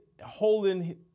holding